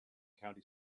county